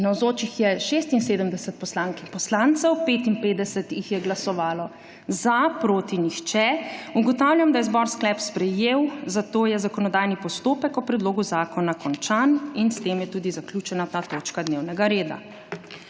glasovalo za, proti nihče. (Za je glasovalo 55.) (Proti nihče.) Ugotavljam, da je zbor sklep sprejel, zato je zakonodajni postopek o predlogu zakona končan. S tem je tudi zaključena ta točka dnevnegareda.